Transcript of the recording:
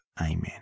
Amen